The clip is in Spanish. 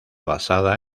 basada